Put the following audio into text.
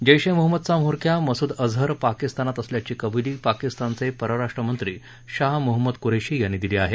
जैश ए मोहम्मदचा म्होरक्या मस्द अझर पाकिस्तानात असल्याची कब्ली पाकिस्तानचे परराष्ट्र मंत्री शाह मोहम्मद क्रेशी यांनी दिली आहे